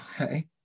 Okay